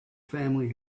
family